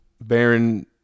Baron